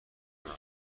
آنها